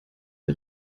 der